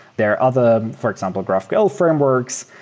there other, for example, graphql frameworks.